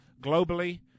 globally